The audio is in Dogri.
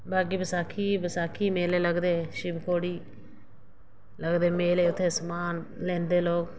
बाकी बसाखी बसाखी मेले लगदे शिवखोड़ी लगदे मेले उत्थें समान लैंदे लोक